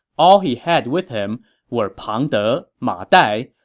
all he had with him were pang de, ma dai,